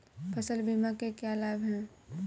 फसल बीमा के क्या लाभ हैं?